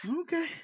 Okay